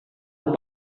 aku